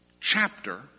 chapter